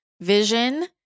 vision